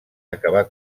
acabar